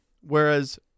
Whereas